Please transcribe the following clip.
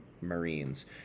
marines